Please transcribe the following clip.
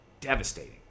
devastating